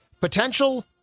potential